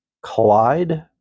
Clyde